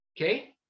okay